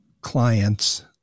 clients